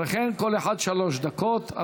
לכל אחד שלוש דקות.